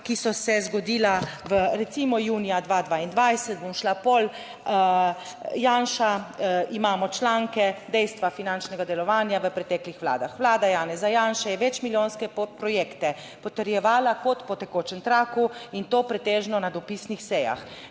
ki so se zgodila v recimo junija 2022, bom šla pol, Janša, imamo članke, dejstva finančnega delovanja v preteklih vladah. Vlada Janeza Janše je več milijonske projekte potrjevala kot po tekočem traku in to pretežno na dopisnih sejah,